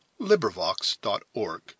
LibriVox.org